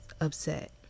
upset